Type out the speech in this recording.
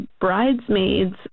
bridesmaids